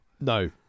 No